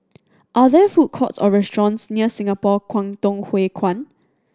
are there food courts or restaurants near Singapore Kwangtung Hui Kuan